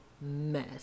mess